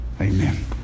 Amen